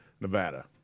Nevada